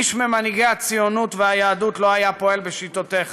איש ממנהיגי הציונות והיהדות לא היה פועל בשיטותיך.